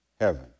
heaven